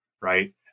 right